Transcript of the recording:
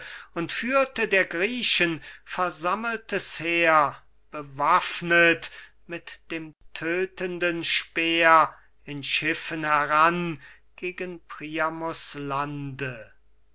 und führte der griechen versammeltes heer bewaffnet mit dem tödtenden speer in schiffen heran gegen priamus lande